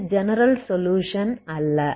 இது general solution அல்ல